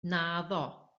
naddo